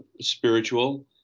spiritual